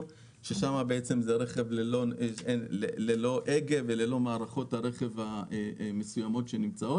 ששם זה רכב ללא הגה ובלי מערכות הרכב המסוימות הקיימות,